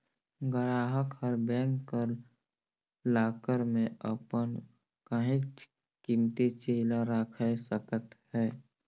गराहक हर बेंक कर लाकर में अपन काहींच कीमती चीज ल राएख सकत अहे